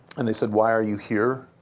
and they said, why are you here?